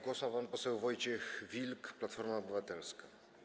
Głos ma pan poseł Wojciech Wilk, Platforma Obywatelska.